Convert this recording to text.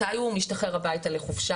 מתי הוא משתחרר הביתה לחופשה,